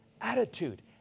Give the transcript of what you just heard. attitude